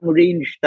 range